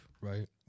right